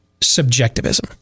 subjectivism